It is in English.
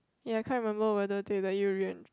ya I can't remember whether they let you reen~